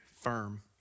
firm